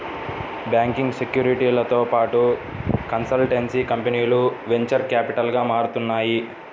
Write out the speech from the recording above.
banking, సెక్యూరిటీలతో పాటు consultancy కంపెనీలు వెంచర్ క్యాపిటల్గా మారుతున్నాయి